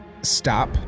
stop